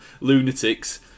lunatics